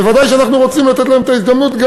ודאי שאנחנו רוצים לתת להם את ההזדמנות גם